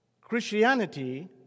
Christianity